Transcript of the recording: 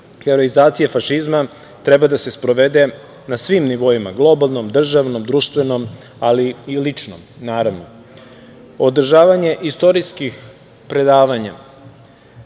herojizacije fašizma, treba da se sprovede na svim nivoima globalnom, državnom, društvenom, ali i lično, naravno. Održavanje istorijskih predavanja,